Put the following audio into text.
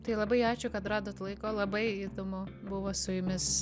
tai labai ačiū kad radot laiko labai įdomu buvo su jumis